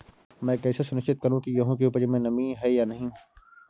मैं कैसे सुनिश्चित करूँ की गेहूँ की उपज में नमी है या नहीं?